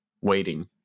waiting